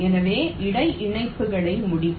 எனவே இடை இணைப்புகளை முடிக்க